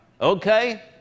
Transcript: Okay